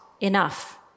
enough